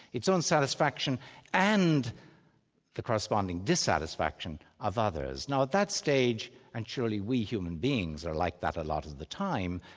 its own satisfaction and the corresponding dissatisfaction of others. now at that stage, and surely we human beings are like that a lot of the time,